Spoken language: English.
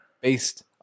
Based